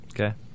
Okay